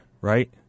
right